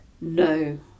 No